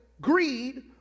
Greed